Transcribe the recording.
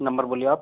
number बोलिए आप